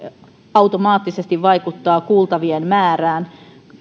automaattisesti vaikuttaa kuultavien määrään